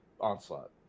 onslaught